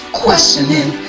questioning